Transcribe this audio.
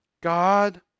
God